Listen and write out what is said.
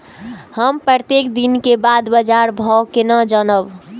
हम प्रत्येक दिन के बाद बाजार भाव केना जानब?